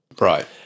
right